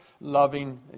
loving